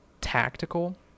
tactical